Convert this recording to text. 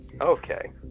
Okay